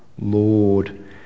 Lord